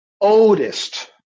oldest